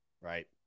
right